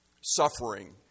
suffering